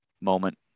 moment